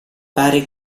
pare